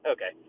Okay